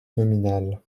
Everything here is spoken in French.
nominal